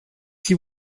qui